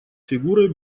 фигурой